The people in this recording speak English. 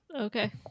Okay